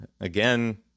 again